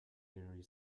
eerie